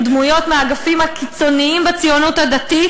דמויות מהאגפים הקיצוניים בציונות הדתית,